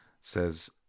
Says